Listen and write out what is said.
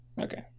Okay